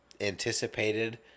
anticipated